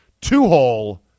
Two-hole